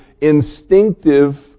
instinctive